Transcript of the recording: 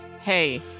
hey